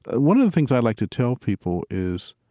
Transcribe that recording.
one of the things i like to tell people is,